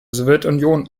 sowjetunion